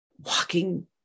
walking